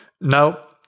Now